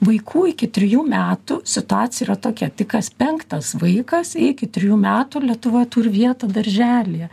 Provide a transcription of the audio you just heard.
vaikų iki trijų metų situacija yra tokia tik kas penktas vaikas iki trijų metų lietuvoj turi vietą darželyje